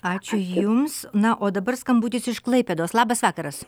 ačiū jums na o dabar skambutis iš klaipėdos labas vakaras